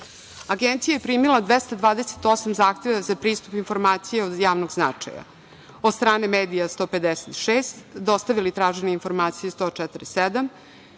je primila 228 zahteva za pristup informacijama od javnog značaja – od strane medija 156, dostavili tražene informacije 147,